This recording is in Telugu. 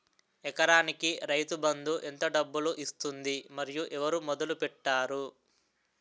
ఎకరానికి రైతు బందు ఎంత డబ్బులు ఇస్తుంది? మరియు ఎవరు మొదల పెట్టారు?